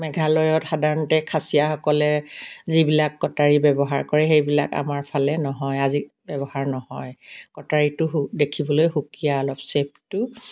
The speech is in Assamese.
মেঘালয়ত সাধাৰণতে খাচীয়া সকলে যিবিলাক কটাৰী ব্যৱহাৰ কৰে সেইবিলাক আমাৰ ফালে নহয় আজি ব্যৱহাৰ নহয় কটাৰীটো দেখিবলৈ সুকীয়া অলপ শ্বেপটো